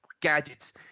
gadgets